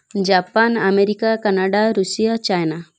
Japan America Canada Russia China